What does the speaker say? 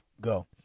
go